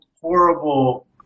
horrible